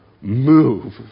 move